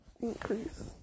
increase